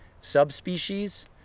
subspecies